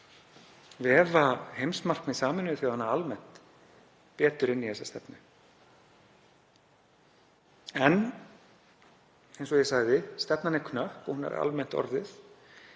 vefa heimsmarkmið Sameinuðu þjóðanna almennt betur inn í þessa stefnu. En eins og ég sagði: Stefnan er knöpp og hún er almennt orðuð.